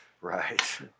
Right